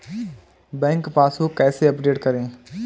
Bank passbook कैसे update करें?